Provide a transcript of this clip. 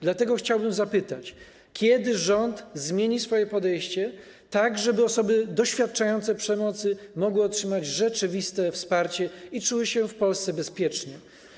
Dlatego chciałbym zapytać: Kiedy rząd zmieni swoje podejście, tak żeby osoby doświadczające przemocy mogły otrzymać rzeczywiste wsparcie i czuły się w Polsce bezpiecznie?